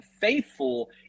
Faithful